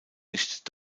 nicht